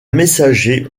messager